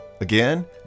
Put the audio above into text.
Again